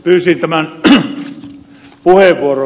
pyysin tämän puheenvuoron ed